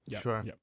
Sure